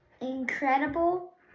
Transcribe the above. incredible